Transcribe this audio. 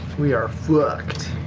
we are fucked.